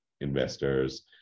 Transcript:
investors